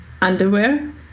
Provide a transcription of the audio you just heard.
underwear